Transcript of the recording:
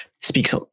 speaks